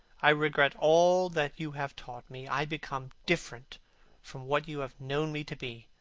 i regret all that you have taught me. i become different from what you have known me to be.